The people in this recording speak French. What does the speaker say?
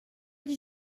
dit